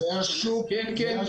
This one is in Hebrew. כן.